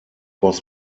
was